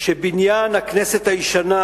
שבניין הכנסת הישן,